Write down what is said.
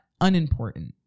unimportant